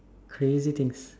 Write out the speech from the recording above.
crazy things